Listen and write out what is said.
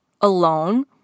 alone